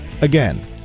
Again